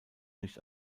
nicht